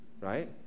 right